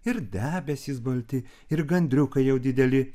ir debesys balti ir gandriukai jau dideli